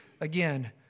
again